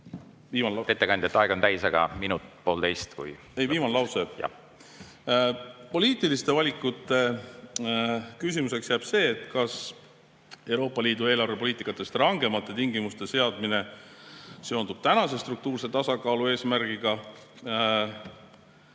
Ettekandja, aeg on täis, aga minut-poolteist … Viimane lause. Poliitiliste valikute küsimuseks jääb see, kas Euroopa Liidu eelarvepoliitikast rangemate tingimuste seadmine seondub tänase struktuurse tasakaalu eesmärgiga,